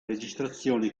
registrazioni